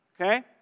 Okay